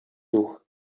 duch